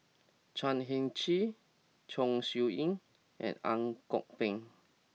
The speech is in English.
Chan Heng Chee Chong Siew Ying and Ang Kok Peng